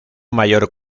mayor